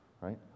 Right